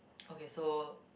okay so